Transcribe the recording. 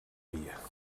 via